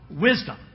Wisdom